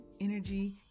energy